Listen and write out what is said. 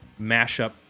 mashup